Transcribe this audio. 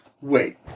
Wait